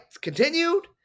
continued